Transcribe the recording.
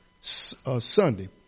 Sunday